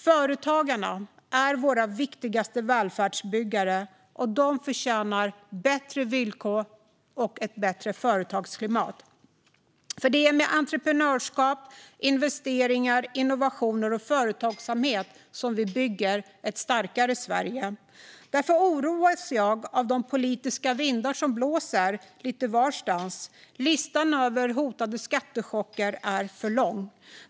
Företagarna är våra viktigaste välfärdsbyggare, och de förtjänar bättre villkor och ett bättre företagsklimat. Det är med entreprenörskap, investeringar, innovationer och företagsamhet som vi bygger ett starkare Sverige. Därför oroas jag av de politiska vindar som blåser lite varstans. Listan över hotande skattechocker är för lång.